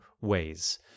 ways